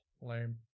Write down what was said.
Lame